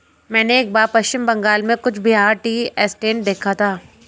मैंने एक बार पश्चिम बंगाल में कूच बिहार टी एस्टेट देखा था